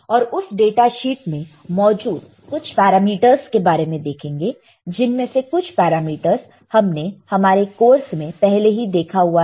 और उस data sheet में मौजूद कुछ पैरामीटर्स के बारे में देखेंगे जिनमें से कुछ पैरामीटर्स हमने हमारे कोर्स में पहले ही देखा हुआ है